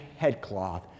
headcloth